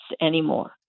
anymore